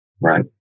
right